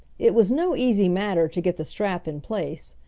it was no easy matter to get the strap in place,